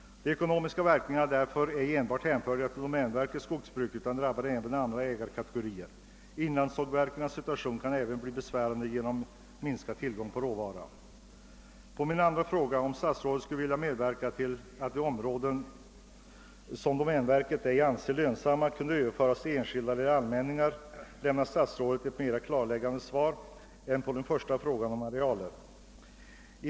De ekonomiska verkningarna är därför ej endast hänförliga till domänverkets skogsbruk utan drabbar även andra ägarkategorier. Inlandssågverkens situation kan också bli besvärande genom att råvarutillgången minskar. På min andra fråga, om statsrådet skulle vilja medverka till att de områden som domänverket ej anser lönsamma kunde överföras till enskilda ägare eller allmänningar, lämnar statsrådet ett mer klargörande svar än på den första frågan om arealer.